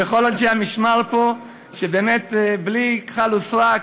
וכל אנשי המשמר פה, שבאמת בלי כחל ושרק,